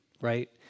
right